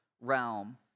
realm